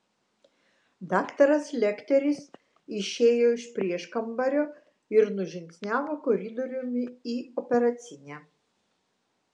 daktaras lekteris išėjo iš prieškambario ir nužingsniavo koridoriumi į operacinę